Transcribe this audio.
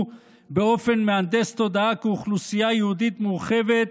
באופן מהנדס תודעה כאוכלוסייה יהודית מורחבת,